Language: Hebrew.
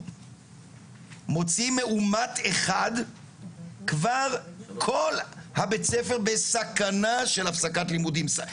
מוציא מאומת אחד כבר כל בית הספר בסכנה של הפסקת לימודים?